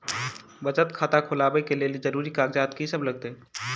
बचत खाता खोलाबै कऽ लेल जरूरी कागजात की सब लगतइ?